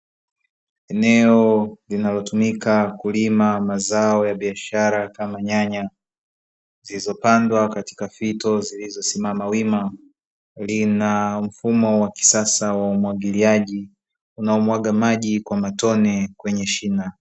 Eneo linalotumika kulima mazao ya biashara kama nyanya zilizopandwa katika fito zilizosimama wima, lina mfumo wa kisasa wa umwagiliaji unaomwaga maji kwa matone kwenye shina.